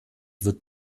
wird